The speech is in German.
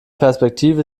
perspektive